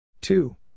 Two